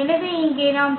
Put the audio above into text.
எனவே இங்கே நாம்